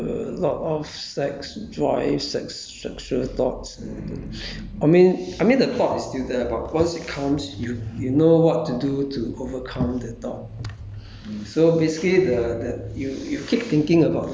um then you won't have likes uh lot of sex drive sex sexual thoughts I mean I mean the thought is still there but once it comes you you know what to do to overcome the thought